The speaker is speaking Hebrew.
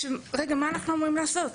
רגע, מה אנחנו אמורים לעשות?